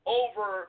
over